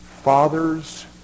Father's